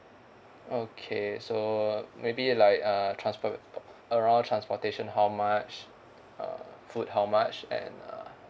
okay so maybe like err transport uh around transportation how much uh food how much and uh